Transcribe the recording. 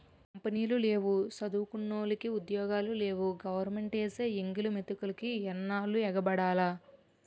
కంపినీలు లేవు సదువుకున్నోలికి ఉద్యోగాలు లేవు గవరమెంటేసే ఎంగిలి మెతుకులికి ఎన్నాల్లు ఎగబడాల